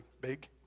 big